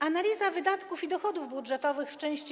Analiza wydatków i dochodów budżetowych w części: